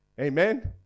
Amen